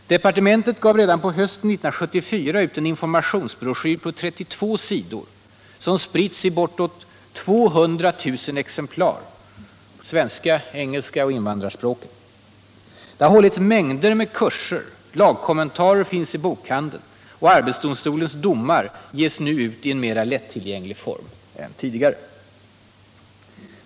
Departementet gav redan på hösten 1974 ut en informationsbroschyr på 32 sidor, på svenska, engelska och invandrarspråken, vilken har spritts i bortåt 200 000 exemplar. Det har också tidigare hållits mängder av kurser, lagkommentarer finns i bokhandeln, och arbetsdomstolens domar ges nu ut i mer lättillgänglig form än tidigare.